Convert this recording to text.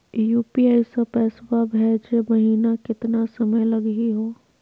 UPI स पैसवा भेजै महिना केतना समय लगही हो?